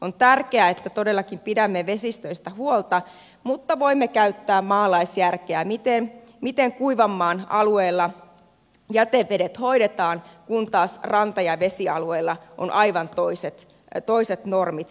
on tärkeää että todellakin pidämme vesistöistä huolta mutta voimme käyttää maalaisjärkeä miten kuivanmaan alueella jätevedet hoidetaan kun taas ranta ja vesialueilla on aivan toiset normit käytössä